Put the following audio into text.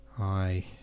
I